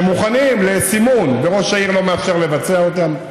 שלושה נת"צים שמוכנים לסימון וראש העיר לא מאפשר לבצע אותם.